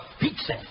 Pizza